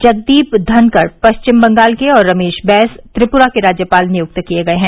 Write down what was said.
जगदीप धनकढ़ पश्चिम बंगाल के और रमेश बैस त्रिप्रा के राज्यपाल नियुक्त किए गए हैं